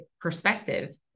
perspective